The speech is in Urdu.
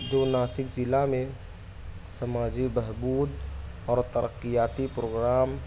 جو ناسک ضلع میں سماجی بہبود اور ترقیاتی پروگرام